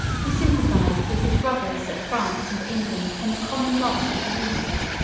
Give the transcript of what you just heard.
who sympathized with his brothers of france and england in the common loss of jerusalem.